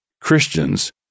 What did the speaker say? Christians